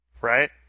Right